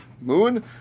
moon